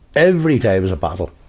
every day was a battle.